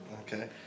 okay